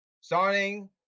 starting